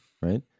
right